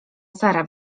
sara